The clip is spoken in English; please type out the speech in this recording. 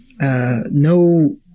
no